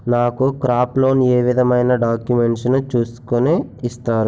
నాకు crop loan ఏ విధమైన డాక్యుమెంట్స్ ను చూస్కుని ఇస్తారు?